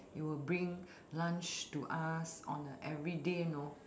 she will bring lunch to us on a everyday you know